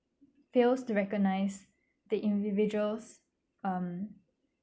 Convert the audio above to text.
fails to recognise the individuals um